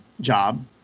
job